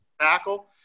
tackle